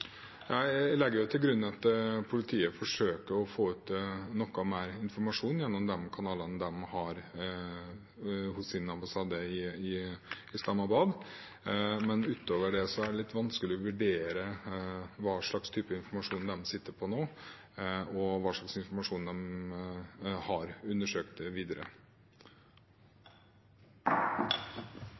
Jeg legger til grunn at politiet forsøker å få ut noe mer informasjon gjennom de kanalene de har hos ambassaden i Islamabad. Men utover det er det litt vanskelig å vurdere hva slags type informasjon de sitter på nå, og hva slags informasjon de har undersøkt videre.